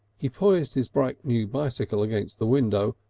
he poised his bright new bicycle against the window,